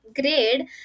grade